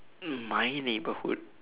um my neighborhood